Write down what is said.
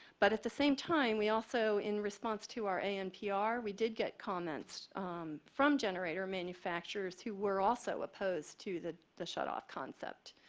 but at the same time, we also in response to our anpr, we did get comments from generator manufacturers who were also opposed to the the shut-off concept.